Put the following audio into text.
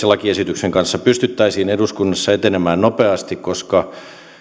lakiesityksen kanssa pystyttäisiin eduskunnassa etenemään nopeasti koska